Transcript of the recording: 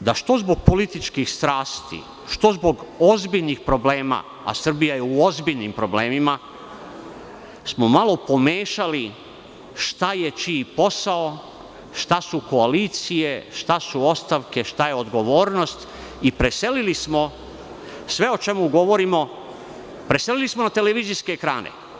da što zbog političkih strasti, što zbog ozbiljnih problema, a Srbija je u ozbiljnim problemima, smo malo pomešali šta je čiji posao, šta su koalicije, šta su ostavke, šta je odgovornost i preselili smo sve o čemu govorimo na televizijske ekrane.